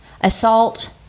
assault